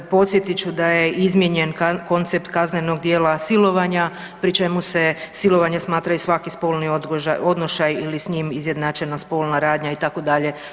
Podsjetit ću da je izmijenjen koncept kaznenog djela silovanja pri čemu se silovanje smatra i svaki spolni odnošaj ili s njim izjednačena spolna radnja itd.